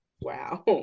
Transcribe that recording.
Wow